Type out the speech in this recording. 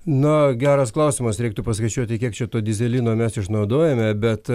na geras klausimas reiktų paskaičiuoti kiek čia to dyzelino mes išnaudojame bet